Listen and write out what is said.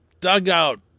dugout